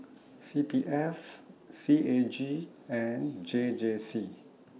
C P F C A G and J J C